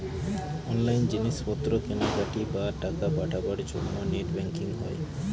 online জিনিস পত্র কেনাকাটি, বা টাকা পাঠাবার জন্য নেট ব্যাঙ্কিং হয়